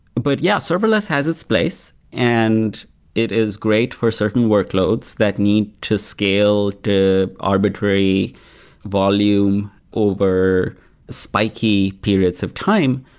but yeah, serverless has its place and it is great for certain workloads that need to scale to arbitrary volume over spiky periods of time.